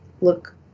look